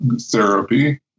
therapy